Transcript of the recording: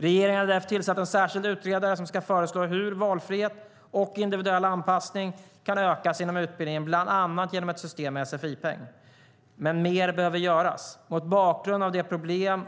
Regeringen har därför tillsatt en särskild utredare som ska föreslå hur valfrihet och individuell anpassning kan ökas inom utbildningen, bland annat genom ett system med sfi-peng. Men mer behöver göras. Mot bakgrund av problem